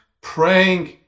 praying